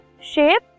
shape